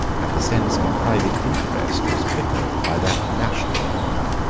and the sense of private interest was quickened by that of national honor.